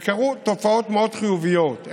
קרו תופעות מאוד חיוביות,